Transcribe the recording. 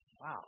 Wow